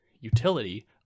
utility